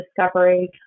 discovery